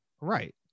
right